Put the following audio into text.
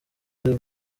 ari